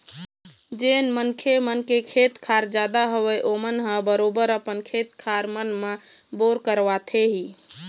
जेन मनखे मन के खेत खार जादा हवय ओमन ह बरोबर अपन खेत खार मन म बोर करवाथे ही